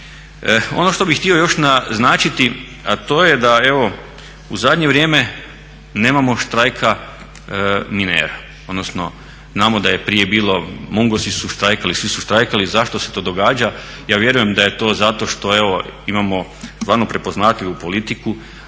Ono što bih htio još naznačiti a to je da evo u zadnje vrijeme nemamo štrajka minera, odnosno znamo da je prije bilo, MUNOS-i su štrajkali, svi su štrajkali. Zašto se to događa? Ja vjerujem da je to zato što evo imamo stvarno prepoznatljivu politiku,